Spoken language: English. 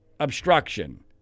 obstruction